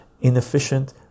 inefficient